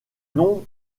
nom